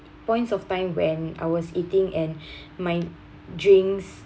points of time when I was eating and my drinks